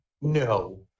no